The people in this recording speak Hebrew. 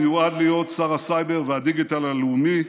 הוא מיועד להיות שר הסייבר והדיגיטל הלאומי,